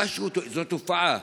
זאת תופעה: